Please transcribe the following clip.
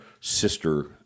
sister